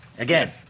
Again